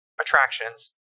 attractions